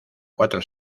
cuatro